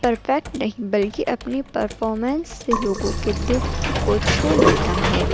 perfect نہیں بلکہ اپنی پرفارمنس سے لوگوں کے دل کو چھو لیتا ہے